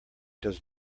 does